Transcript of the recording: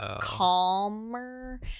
calmer